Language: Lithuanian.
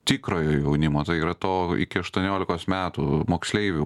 tikrojo jaunimo tai yra to iki aštuoniolikos metų moksleivių